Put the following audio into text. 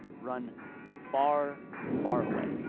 run far far away.